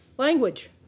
Language